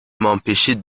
m’empêcher